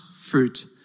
fruit